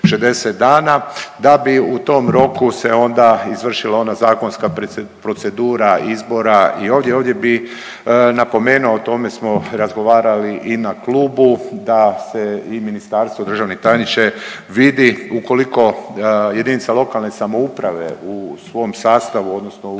da bi u tom roku se onda izvršila ona zakonska procedura izbora. I ovdje bi napomenuo o tome smo razgovarali i na klubu da se i ministarstvo državni tajniče vidi ukoliko jedinice lokalne samouprave u svom sastavu odnosno u